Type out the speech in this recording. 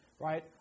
right